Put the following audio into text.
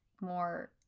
more